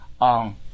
on